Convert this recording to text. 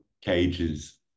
cages